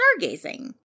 stargazing